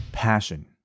passion